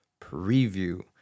preview